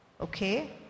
Okay